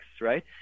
right